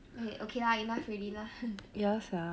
eh okay lah enough already lah